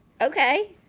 okay